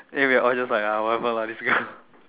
then we all just like ah whatever lah this girl